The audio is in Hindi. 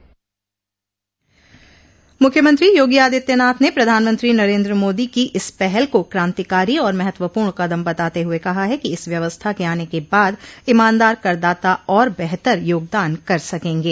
मूख्यमंत्री योगी आदित्यनाथ ने प्रधानमंत्री नरेन्द्र मोदी की इस पहल को कांतिकारी और महत्वपूर्ण कदम बताते हुए कहा है कि इस व्यवस्था के आने के बाद ईमानदार करदाता और बेहतर योगदान कर सकेंगे